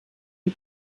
die